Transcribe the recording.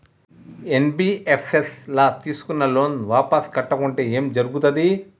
NBFS ల తీస్కున్న loan వాపస్ కట్టకుంటే ఏం జర్గుతది?